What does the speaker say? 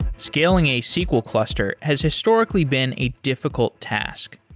scaling a sql cluster has historically been a difficult task.